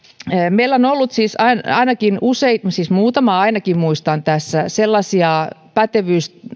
meillä on on ollut useita siis muutaman ainakin muistan tässä sellaisia